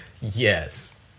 yes